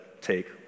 take